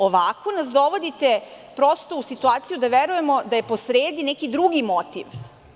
Ovako nas dovodite u situaciju da verujemo da je posredi neki drugi motiv.